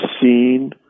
seen